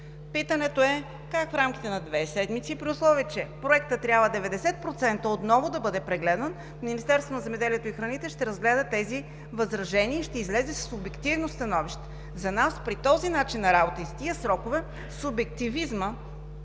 Питането е: как в рамките на две седмици, при условие че проектът 90% трябва отново да бъде прегледан, Министерството на земеделието, храните и горите ще разгледа тези възражения и ще излезе с обективно становище? За нас при този начин на работа и с тези срокове субективизмът